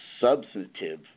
substantive